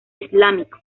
islámico